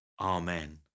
Amen